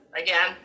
again